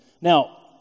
Now